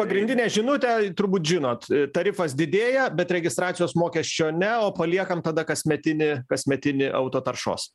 pagrindinė žinutė turbūt žinot tarifas didėja bet registracijos mokesčio ne o paliekam tada kasmetinį kasmetinį auto taršos